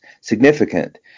significant